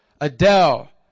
Adele